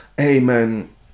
amen